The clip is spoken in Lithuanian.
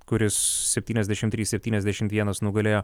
kuris septyniasdešimt trys septyniasdešimt vienas nugalėjo